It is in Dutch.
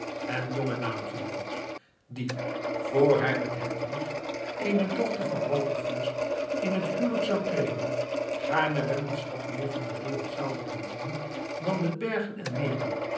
en jonge naamgenoot die vr hij met hedwig eene dochter van walter fürst in het huwelijk zou treden gaarne wel eens wat meer van de wereld zou willen zien dan de bergen en meren